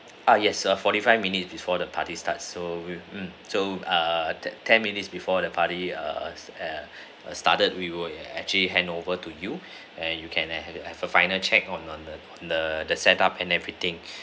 ah yes err forty five minutes before the party starts so we so err ten minutes before the party err err err started we will actually handover to you and you can have a final check on on on the the set up and everything